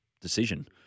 decision